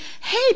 hey